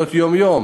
לנסיעות היום-יום,